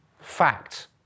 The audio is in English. Fact